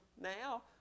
now